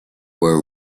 were